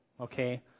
okay